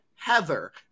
Heather